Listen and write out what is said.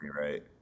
right